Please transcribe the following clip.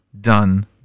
done